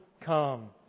come